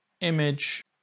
image